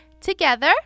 Together